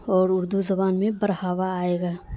اور اردو زبان میں بڑھاوا آئے گا